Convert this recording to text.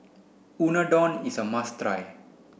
Unadon is a must try